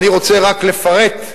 אני רוצה רק לפרט,